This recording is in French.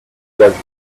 perdu